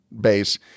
base